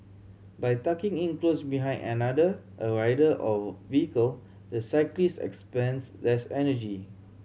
by tucking in close behind another a rider or vehicle the cyclist expends less energy